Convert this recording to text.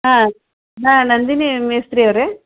ಹಾಂ ನಂದಿನಿ ಮೇಸ್ತ್ರಿ ಅವ್ರಾ ರೀ